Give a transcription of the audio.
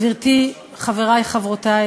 גברתי, חברי,